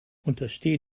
untersteh